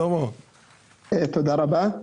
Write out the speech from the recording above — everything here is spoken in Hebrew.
תודה רבה.